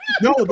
No